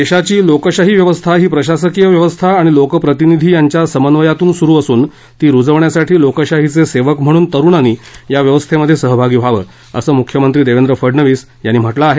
देशाची लोकशाही व्यवस्था ही प्रशासकीय व्यवस्था आणि लोक प्रतिनिधी यांच्या समन्वयातून सुरू असून ती रुजवण्यासाठी लोकशाहीचे सेवक म्हणून तरुणांनी या व्यवस्थेमध्ये सहभागी व्हावं असं मुख्यमंत्री देवेंद्र फडणवीस यांनी म्हटलं आहे